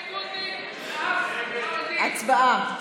הצבעה.